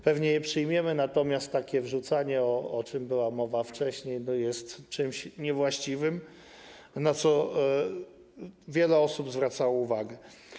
Pewnie je przyjmiemy, natomiast takie wrzucanie, o czym była mowa wcześniej, jest czymś niewłaściwym, na co wiele osób zwracało uwagę.